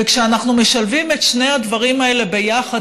וכשאנחנו משלבים את שני הדברים האלה ביחד,